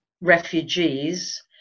refugees